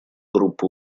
группа